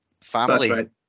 family